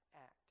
act